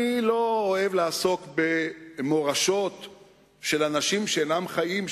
אני לא אוהב לעסוק במורשות של אנשים שאינם חיים,